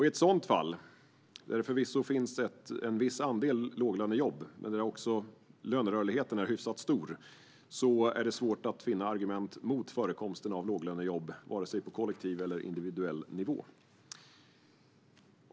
I ett sådant fall, där det förvisso finns en viss andel låglönejobb men där också lönerörligheten är hyfsat stor, är det svårt att finna argument mot förekomsten av låglönejobb på såväl kollektiv som individuell nivå.